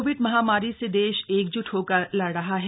Covid महामारी से देश एकज्ट होकर लड़ रहा है